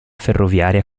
ferroviaria